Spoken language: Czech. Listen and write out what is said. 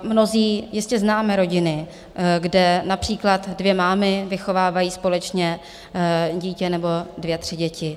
Mnozí jistě známe rodiny, kde například dvě mámy vychovávají společně dítě nebo dvě, tři děti.